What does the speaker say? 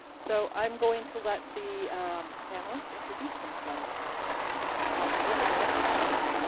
so i'm going to let the panelists introduce themselves and talk a little bit about